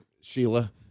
Sheila